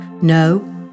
No